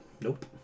Nope